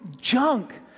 junk